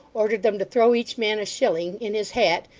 ordered them to throw each man a shilling, in his hat,